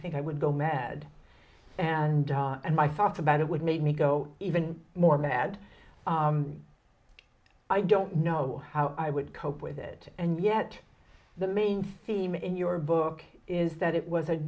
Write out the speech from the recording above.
think i would go mad and and my thoughts about it would make me go even more mad i don't know how i would cope with it and yet the main theme in your book is that it was a